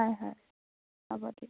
হয় হয় হ'ব দিয়ক